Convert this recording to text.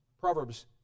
Proverbs